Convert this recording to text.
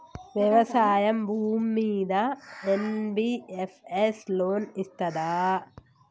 వ్యవసాయం భూమ్మీద NBFS loan ఇస్తదా?